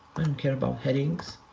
um care about headings.